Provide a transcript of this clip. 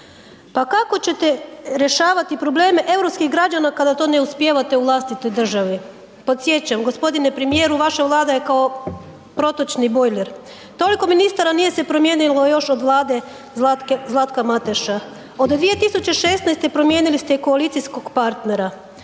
Pa kako ćete rješavati probleme europskih građana kada to ne uspijevate u vlastitoj državi? Podsjećam, g. premijeru vaša Vlada je kao protočni bojler, toliko ministara nije se promijenilo još od Vlade Zlatka Mateša, od 2016. promijenili ste koalicijskog partnera,